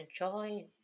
Enjoy